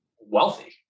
wealthy